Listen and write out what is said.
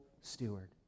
steward